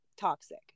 toxic